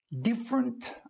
different